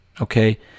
Okay